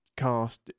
cast